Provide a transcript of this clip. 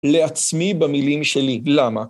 לעצמי במילים שלי, למה?